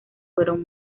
fueron